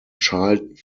child